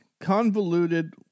convoluted